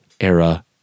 era